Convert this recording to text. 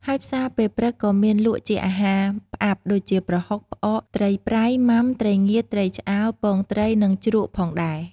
ហើយផ្សារពេលព្រឹកក៏មានលក់ជាអាហារផ្អាប់ ដូចជា ប្រហុក ផ្អក ត្រីប្រៃ មុាំ ត្រីងៀត ត្រីឆ្អើរ ពងត្រីនិង ជ្រក់ផងដែរ។